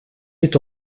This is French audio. est